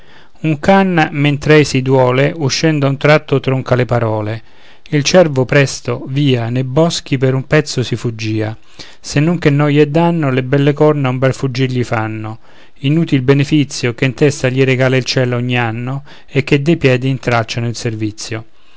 can mentr'ei si duole uscendo a un tratto tronca le parole il cervo presto via nei boschi per un pezzo si fuggìa se non che noia e danno le belle corna a un bel fuggir gli fanno inutil benefizio che in testa gli regala il cielo ogni anno e che de piedi intralciano il servizio